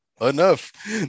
enough